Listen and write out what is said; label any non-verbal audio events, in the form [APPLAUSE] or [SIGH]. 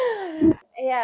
[LAUGHS] yeah